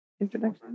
introduction